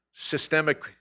Systemic